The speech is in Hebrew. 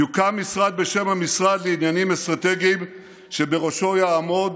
יוקם משרד בשם המשרד לעניינים אסטרטגיים ובראשו יעמוד